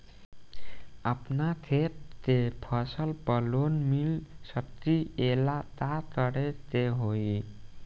अपना खेत के फसल पर लोन मिल सकीएला का करे के होई?